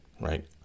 right